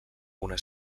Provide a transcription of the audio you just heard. una